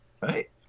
right